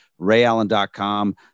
RayAllen.com